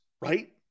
right